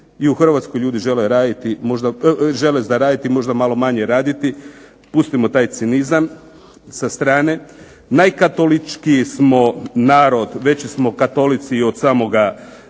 I u Hrvatskoj ljudi žele raditi, žele zaraditi, možda malo manje raditi. Pustimo taj cinizam sa strane. Najkatoličkiji smo narod, veći smo katolici i od samoga Pape